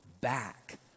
back